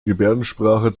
gebärdensprache